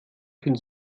können